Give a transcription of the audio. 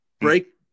break